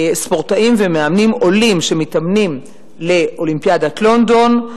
ספורטאים ומאמנים עולים שמתאמנים לאולימפיאדת לונדון,